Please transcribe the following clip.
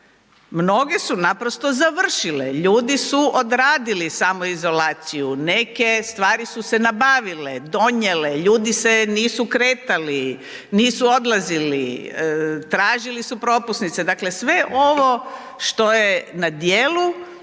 mnoge su naprosto završile, ljudi su odradili samoizolaciju, neke stvari su se nabavile, donijele, ljudi se nisu kretali, nisu odlazili, tražili su propusnice, dakle sve ovo što je na djelu